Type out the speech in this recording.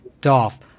Dolph